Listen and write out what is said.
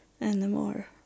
anymore